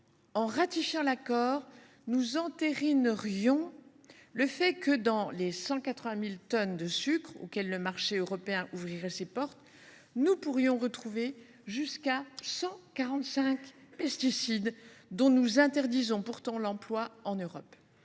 En ratifiant l’accord, nous entérinerions le fait que, dans les 180 000 tonnes de sucre auxquelles le marché européen ouvrirait ses portes, nous pourrions retrouver jusqu’à 145 pesticides, dont nous interdisons pourtant l’emploi en Europe.